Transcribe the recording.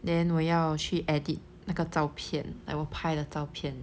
then 我要去 edit 那个照片 like 我拍的照片